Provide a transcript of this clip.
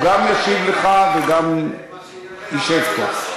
הוא גם ישיב לך וגם ישב פה.